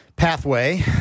Pathway